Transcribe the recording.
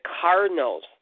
Cardinals